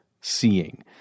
seeing